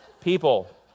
People